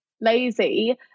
lazy